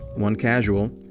one casual,